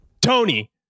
Tony